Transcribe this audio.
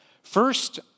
First